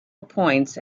appoints